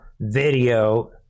video